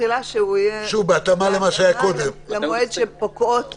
שיהיה בהתאמה למועד שבו פוקעות